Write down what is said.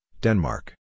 Denmark